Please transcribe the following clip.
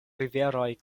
riveroj